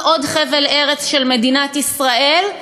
כעוד חבל ארץ של מדינת ישראל,